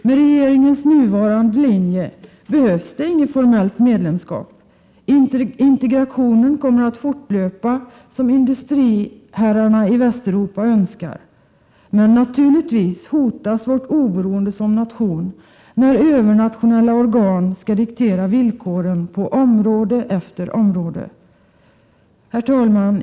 Med regeringens nuvarande linje behövs det inget formellt medlemskap — integrationen kommer att fortlöpa som industriherrarna i Västeuropa önskar. Men naturligtvis hotas vårt oberoende som nation när övernationella organ skall diktera villkoren på område efter område. Herr talman!